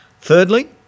Thirdly